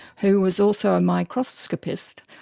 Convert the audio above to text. who was also a microscopist.